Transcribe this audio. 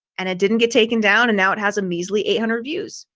and it didn't get taken down. and now it has a measly eight hundred views.